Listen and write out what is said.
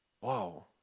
Wow